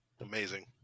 Amazing